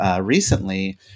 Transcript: recently